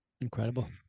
Incredible